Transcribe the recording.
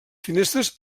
finestres